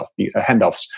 handoffs